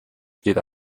steht